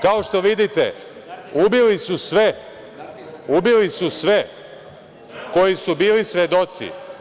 Kao što vidite, ubili su sve koji su bili svedoci.